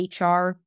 HR